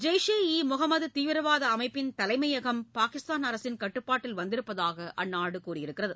ஜெய்ஷே இ முகமது தீவிரவாத அமைப்பின் தலைமையகம் பாகிஸ்தான் அரசின் கட்டுப்பாட்டில் வந்திருப்பதாக அந்நாடு கூறியுள்ளது